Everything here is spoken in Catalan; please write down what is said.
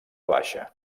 baixa